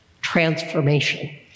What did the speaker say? transformation